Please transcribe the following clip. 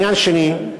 עניין שני,